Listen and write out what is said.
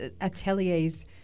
ateliers